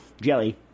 jelly